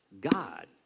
God